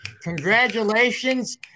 Congratulations